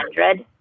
hundred